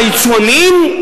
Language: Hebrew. על היצואנים,